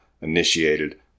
initiated